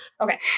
Okay